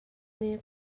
nih